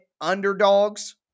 underdogs